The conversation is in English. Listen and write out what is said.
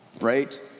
right